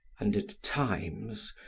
and at times,